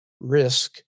risk